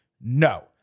No